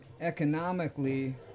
economically